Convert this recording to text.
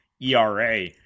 ERA